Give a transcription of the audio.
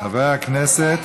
חבר הכנסת